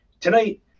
Tonight